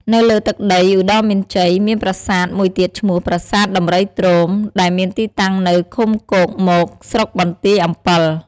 នៅលើទឹកដីឧត្តរមានជ័យ មានប្រាសាទមួយទៀតឈ្មោះ ប្រាសាទដំរីទ្រោម ដែលមានទីតាំងនៅ ឃុំគោកមក ស្រុកបន្ទាយអម្ពិល។